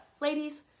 ladies